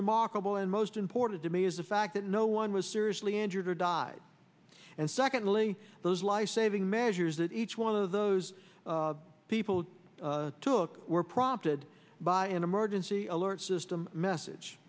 remarkable and most important to me is the fact that no one was seriously injured or died and secondly those life saving measures that each one of those people took were prompted by an emergency alert system message